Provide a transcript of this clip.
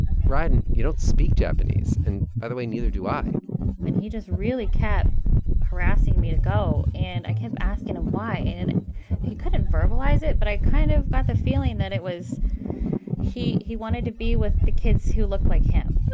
rieden, you don't speak japanese. and by the way, neither do i and he just really kept harassing me to go, and i kept asking him why. and and he couldn't verbalize it, but i kind of got the feeling that it was he he wanted to be with the kids who looked like him